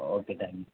okay thank you